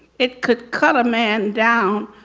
it could cut a man down.